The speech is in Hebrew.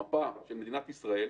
מפה של מדינת ישראל.